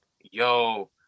yo